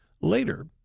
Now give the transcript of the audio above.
later